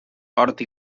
hort